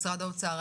משרד האוצר,